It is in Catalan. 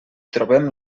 trobem